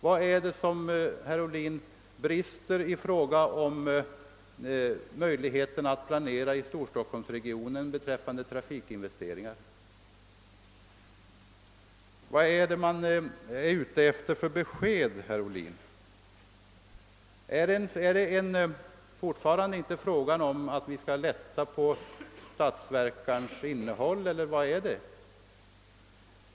Vad är det, herr Ohlin, som brister i fråga om möjligheterna att planera i Storstockholmsregionen beträffande trafikinvesteringar? Vad är det för besked man vill ha, herr Ohlin? Är det inte fortfarande fråga om att vi skall lätta på statsverkspropositionens innehåll eller vad är det fråga om?